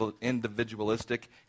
individualistic